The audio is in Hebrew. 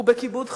ובכיבוד חיים,